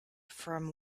from